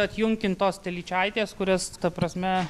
atjunkintos telyčaitės kurias ta prasme